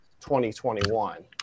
2021